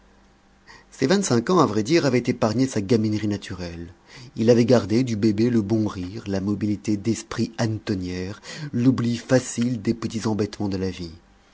ses vingt-cinq ans à vrai dire avaient épargné sa gaminerie naturelle il avait gardé du bébé le bon rire la mobilité d'esprit hannetonnière l'oubli facile des petits embêtements de la vie